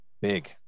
big